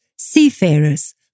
seafarers